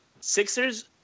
Sixers